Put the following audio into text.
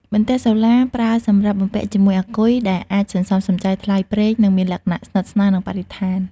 បន្ទះសូឡាប្រើសម្រាប់បំពាក់ជាមួយអាគុយ ដែលអាចសន្សំសំចៃថ្លៃប្រេង និងមានលក្ខណៈស្និទ្ធស្នាលនឹងបរិស្ថាន។